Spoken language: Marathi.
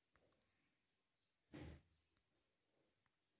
फयेसनं उत्पादन हाउ जलदगतीकन वाढणारा यवसाय शे